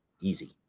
easy